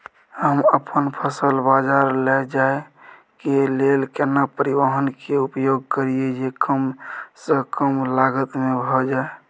हम अपन फसल बाजार लैय जाय के लेल केना परिवहन के उपयोग करिये जे कम स कम लागत में भ जाय?